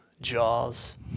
Jaws